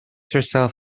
herself